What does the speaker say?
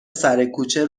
سرکوچه